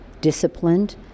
disciplined